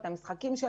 המשחקים,